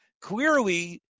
Clearly